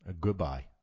Goodbye